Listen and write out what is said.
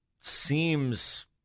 seems